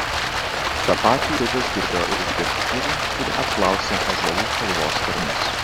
tą patį ridas girdėjo ir iš detektyvų kurie apklausė ąžuolų kalvos tarnus